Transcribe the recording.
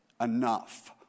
enough